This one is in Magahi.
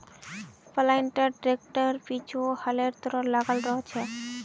प्लांटर ट्रैक्टरेर पीछु हलेर तरह लगाल रह छेक